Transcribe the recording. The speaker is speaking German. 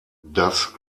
das